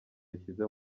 yishyize